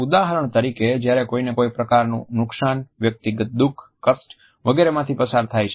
ઉદાહરણ તરીકે જ્યારે કોઈને કોઈ પ્રકારનું નુકસાન વ્યક્તિગત દુઃખ કષ્ટ વગેરે માંથી પસાર થાય છે